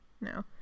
No